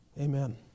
Amen